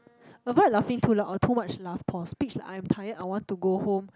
am I laughing too loud or too much laugh pause speech like I am tired I want to go home